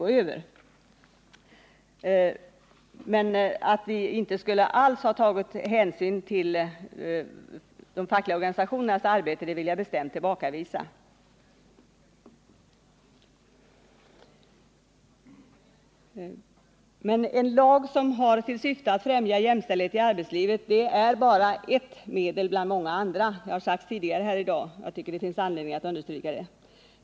gå över den. Att vi inte alls skulle ha tagit hänsyn till de fackliga organisationernas arbete vill jag alltså bestämt tillbakavisa. En lag som har till syfte att främja jämställdhet i arbetslivet är bara ett medel bland många andra. Det har sagts tidigare här i dag. Jag tycker att det finns anledning att understryka det.